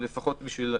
לפחות לשם הנוחות.